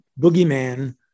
boogeyman